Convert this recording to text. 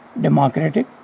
democratic